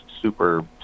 super